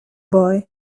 boy